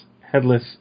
headless